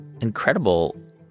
incredible